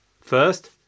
First